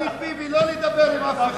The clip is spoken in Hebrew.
תוכנית ביבי, לא לדבר עם אף אחד.